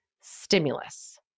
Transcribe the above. stimulus